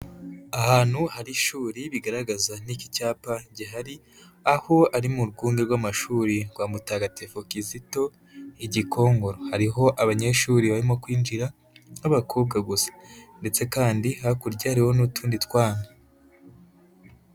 Ahantu hari ishuri bigaragaza n'iki cyapa gihari, aho ari mu rwunge rw'amashuri rwa mutagatifu Kizito, i Gikongoro, hariho abanyeshuri barimo kwinjira b'abakobwa gusa, ndetse kandi hakurya hariho n'utundi twana.